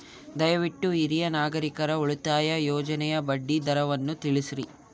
ದಯವಿಟ್ಟು ಹಿರಿಯ ನಾಗರಿಕರ ಉಳಿತಾಯ ಯೋಜನೆಯ ಬಡ್ಡಿ ದರವನ್ನು ತಿಳಿಸ್ರಿ